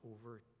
over